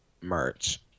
merch